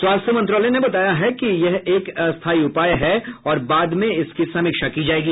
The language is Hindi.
स्वास्थ्य मंत्रालय ने बताया है कि यह एक अस्थायी उपाय है और बाद में इसकी समीक्षा की जाएगी